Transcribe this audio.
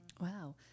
Wow